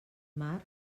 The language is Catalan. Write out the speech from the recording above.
mar